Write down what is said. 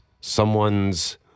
someone's